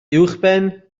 uwchben